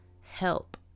help